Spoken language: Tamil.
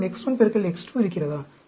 என்னிடம் X1 X2 இருக்கிறதா